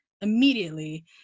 immediately